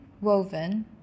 woven